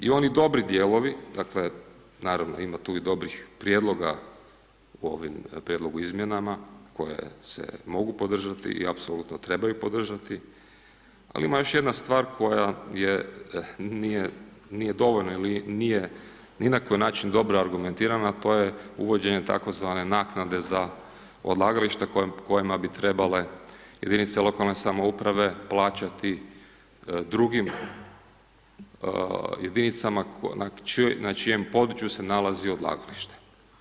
I oni dobro dijelovi, dakle naravno da ima tu i dobrih prijedloga u ovom prijedlogu izmjenama koje se mogu podržati i apsolutno treba ih podržati ali ima još jedna stvar koja nije dovoljno ili nije ni na koji način dobro argumentirana a to je uvođenje tzv. naknade za odlagališta kojima bi trebale jedinice lokalne samouprave plaćati drugim jedinica na čijem području se nalazi odlagalište.